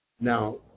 Now